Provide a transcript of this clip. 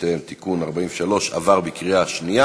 וחובותיהם (תיקון מס' 43), עברה בקריאה שנייה.